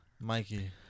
Mikey